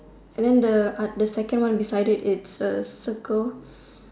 and then the art the second one beside it it's a circle